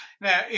Now